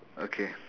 okay